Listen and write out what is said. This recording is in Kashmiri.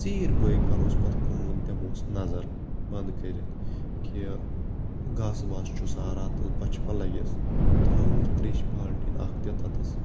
ژیٖرۍ بٲگۍ کَرٕ ہوس پَتہٕ کٲم دمہٕ ہوس نَظر بَن کٔرِتھ کہِ گاسہٕ واسہٕ چھُسا راتَس بۄچھِ ما لَگٮ۪س تھاوٕ ہوٚس تریشہِ بالٹیٖن اَکھ تہِ تَتٮ۪س